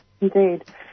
Indeed